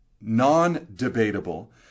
non-debatable